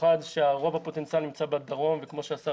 במיוחד שרוב הפוטנציאל נמצא בדרום וכמו שהשר